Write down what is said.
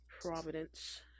Providence